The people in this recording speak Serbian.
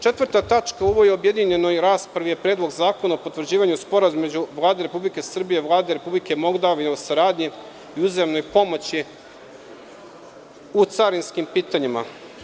Četvrta tačka u ovoj objedinjenoj raspravi je Zakon o potvrđivanju Sporazuma između Vlade RS i Vlade Republike Moldavije o saradnji i uzajamnoj pomoći u carinskim pitanjima.